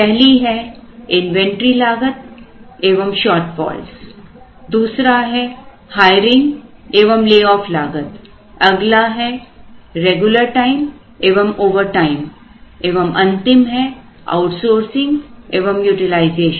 पहली है इन्वेंटरी लागत एवं शॉर्टेफॉल्स दूसरा है हायरिंग एवं ले ऑफ लागत अगला है रेगुलर टाइम एवं ओवरटाइम एवं अंतिम है आउटसोर्सिंग एवं यूटिलाइजेशन